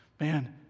man